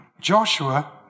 Joshua